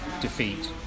defeat